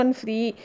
free